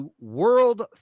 world